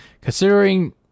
considering